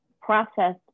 process